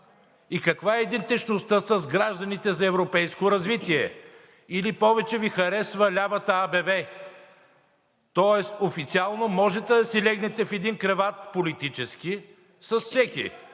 и каква е идентичността с гражданите за европейско развитие? Или повече Ви харесва лявата АБВ? Тоест официално можете да си легнете в един креват политически с всеки,